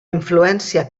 influència